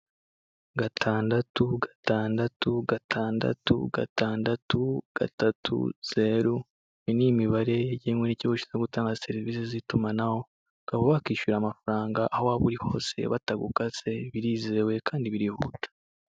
Gatandatu, gatandatu, gatandatu, gatandatu, zeru ,gatatu, zeru iyo ni imibare yagenwe n'ikigo gishinzwe gutanga serivise z'itumanaho, ukaba wakishyura amafaranga aho waba uri hose batagukase, birizewe kandi birihuta